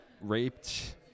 raped